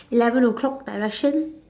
eleven o-clock direction